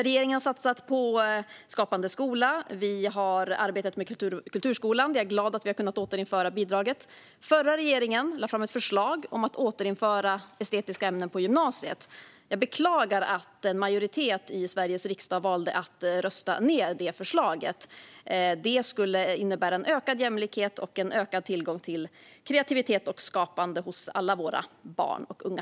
Regeringen har satsat på Skapande skola. Vi har arbetat med kulturskolan. Jag är glad att vi har kunnat återinföra bidraget. Förra regeringen lade fram ett förslag om att återinföra estetiska ämnen på gymnasiet. Jag beklagar att en majoritet i Sveriges riksdag valde att rösta ned det förslaget. Det skulle innebära en ökad jämlikhet och en ökad tillgång till kreativitet och skapande hos alla våra barn och unga.